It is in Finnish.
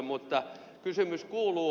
mutta kysymys kuuluu